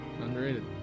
Underrated